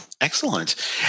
Excellent